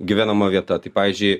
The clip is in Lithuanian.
gyvenama vieta tai pavyzdžiui